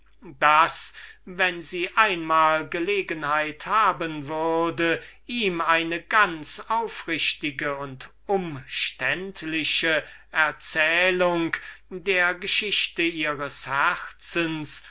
daß wenn sie einmal gelegenheit haben würde ihm eine ganz aufrichtige und umständliche erzählung der geschichte ihres herzens